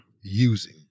using